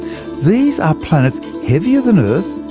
these are planets heavier than earth,